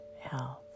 health